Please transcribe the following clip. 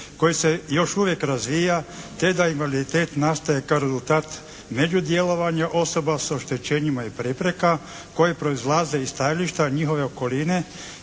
koji se još uvijek razvija te da invaliditet nastaje kao rezultat međudjelovanja osoba s oštećenjima i prepreka koje proizlaze iz stajališta njihove okoline